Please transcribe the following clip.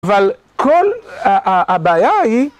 אבל כל הבעיה היא